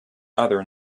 other